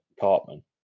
Cartman